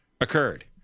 occurred